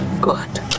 good